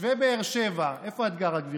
תושבי באר שבע, איפה את גרה, גברתי?